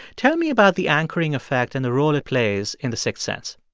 tell me about the anchoring effect and the role it plays in the sixth sense.